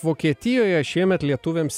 vokietijoje šiemet lietuviams